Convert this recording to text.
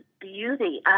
beauty